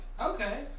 Okay